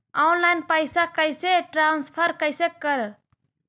Online पैसा कैसे transfer कैसे कर?